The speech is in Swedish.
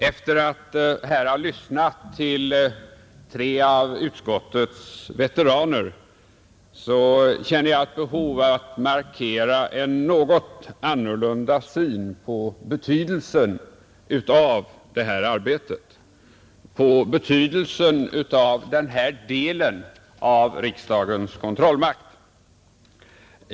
Efter att här ha lyssnat till tre av utskottets veteraner känner jag ett behov av att markera en något annorlunda syn på betydelsen av det här arbetet, på betydelsen av den här delen av riksdagens kontrollmakt.